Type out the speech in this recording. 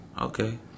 Okay